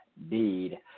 Indeed